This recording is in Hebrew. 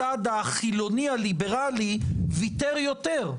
הצעד החילוני הליברלי ויתר יותר,